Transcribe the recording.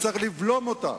שצריך לבלום אותה,